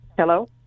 Hello